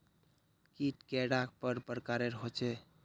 कीट कैडा पर प्रकारेर होचे?